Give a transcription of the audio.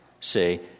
Say